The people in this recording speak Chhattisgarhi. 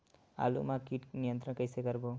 आलू मा कीट नियंत्रण कइसे करबो?